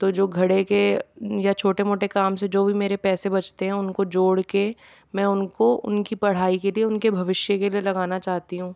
तो जो घड़े के या जो छोटे मोटे काम से जो भी मेरे पैसे बचते हैं उनको जोड़कर मैं उनको उनकी पढ़ाई के लिए उनके भविष्य के लिए लगाना चाहती हूँ